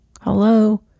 Hello